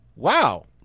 Wow